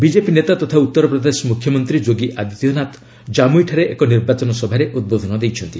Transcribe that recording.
BJP ନେତା ତଥା ଉତ୍ତର ପ୍ରଦେଶ ମୁଖ୍ୟମନ୍ତ୍ରୀ ଯୋଗୀ ଆଦିତ୍ୟ ନାଥ ଜାମୁଇ ଠାରେ ଏକ ନିର୍ବାଚନ ସଭାରେ ଉଦ୍ବୋଧନ ଦେଇଛନ୍ତି